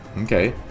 Okay